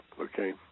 Okay